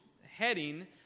heading